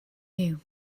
you